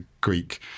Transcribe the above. Greek